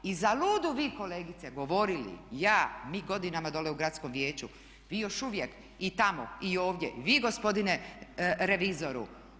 I zaludu vi kolegice govorili, ja, mi godinama dole u Gradskom vijeću, vi još uvijek i tamo i ovdje vi gospodine revizoru.